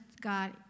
God